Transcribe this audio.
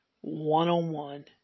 one-on-one